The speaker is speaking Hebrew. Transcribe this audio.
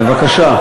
בבקשה.